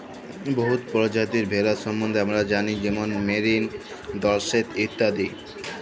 বহুত পরজাতির ভেড়ার সম্বল্ধে আমরা জালি যেমল মেরিল, ডরসেট ইত্যাদি